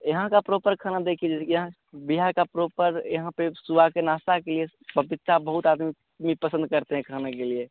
यहाँ का प्रॉपर खाना देखिए जैसे कि यहाँ बिहार का प्रॉपर यहाँ पर सुबह के नाश्ते के लिए पपीता बहुत आदमी पसंद करते है खाने के लिए